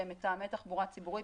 שהם מתאמי תחבורה ציבורית.